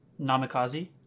Namikaze